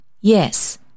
Yes